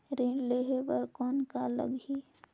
ऋण लेहे बर कौन का लगही?